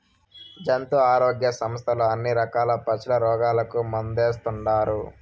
జంతు ఆరోగ్య సంస్థలు అన్ని రకాల పశుల రోగాలకు మందేస్తుండారు